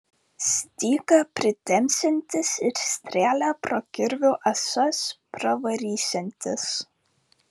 stygą pritempsiantis ir strėlę pro kirvių ąsas pravarysiantis